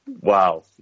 Wow